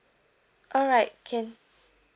alright can